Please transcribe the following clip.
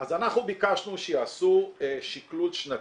אז אנחנו ביקשנו שיעשו שקלול שנתי.